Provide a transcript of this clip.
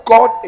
God